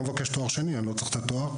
אני לא מבקש תואר שני, אני לא צריך את התואר.